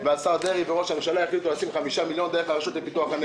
והשר דרעי וראש הממשלה החליטו לתת 5 מיליון שקל דרך הרשות לפיתוח הנגב.